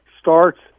starts